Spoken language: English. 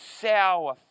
sour